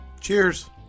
Cheers